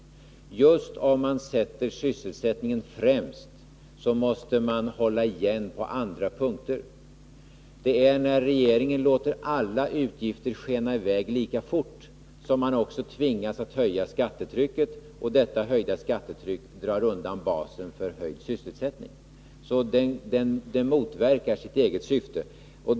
Just då man sätter sysselsättningen främst måste man hålla igen på andra punkter. Det är när regeringen låter alla utgifter skena i väg lika fort som den också tvingas att öka skattetrycket, och detta ökade skattetryck drar undan basen för en ökad sysselsättning. Den motverkar alltså sitt eget syfte.